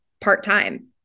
part-time